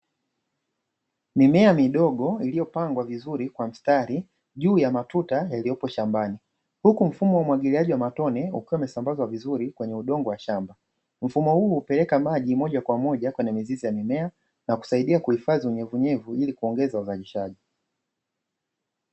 Mimea midogo iliyopangwa vizuri kwa mstari juu ya matuta yaliyopo shambani huku mfumo wa umwagiliaji wa matone ukiwa umesambazwa vizuri kwenye udongo wa shamba. Mfumo huu hupeleka maji moja kwa moja kwenye mizizi ya mimea na kusaidia kuhifadhi unyevuunyevu ilikuongeza uzalishaji.